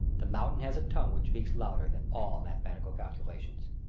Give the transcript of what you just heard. the mountain has a tongue which speaks louder than all mathematical calculations.